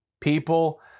people